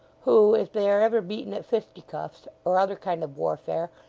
who, if they are ever beaten at fisticuffs, or other kind of warfare,